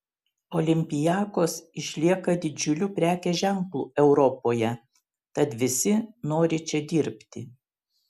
olympiakos išlieka didžiuliu prekės ženklu europoje tad visi nori čia dirbti